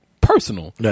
personal